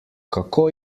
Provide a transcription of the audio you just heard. kako